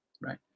right